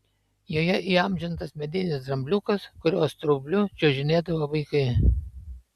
joje įamžintas medinis drambliukas kurio straubliu čiuožinėdavo vaikai